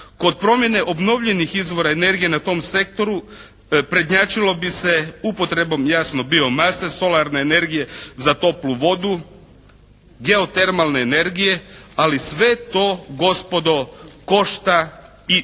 Kod promjene obnovljenih izvora energije na tom sektoru prednjačilo bi se upotrebom jasno biomase, solarne energije za toplu vodu, geotermalne energije, ali sve to gospodo košta i